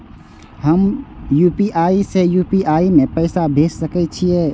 हम यू.पी.आई से यू.पी.आई में पैसा भेज सके छिये?